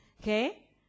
Okay